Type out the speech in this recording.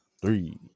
three